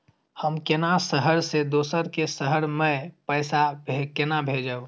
हम केना शहर से दोसर के शहर मैं पैसा केना भेजव?